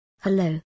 Hello